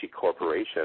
Corporation